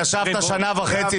אתה ישבת פה שנה וחצי,